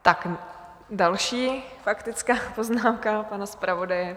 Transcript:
Tak další faktická poznámka pana zpravodaje.